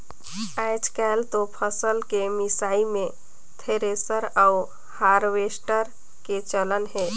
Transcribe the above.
आयज कायल तो फसल के मिसई मे थेरेसर अउ हारवेस्टर के चलन हे